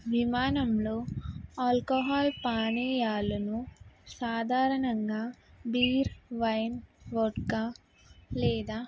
విమానంలో ఆల్కహాల్ సాధారణంగా beer wine vodka లేదా